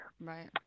Right